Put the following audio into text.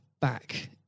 back